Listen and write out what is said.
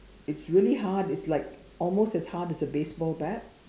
it's really hard it's like almost as hard as a baseball bat